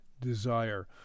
desire